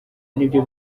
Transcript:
nibyo